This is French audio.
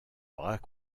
bras